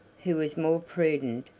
who was more prudent,